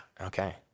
Okay